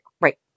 Right